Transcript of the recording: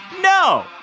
No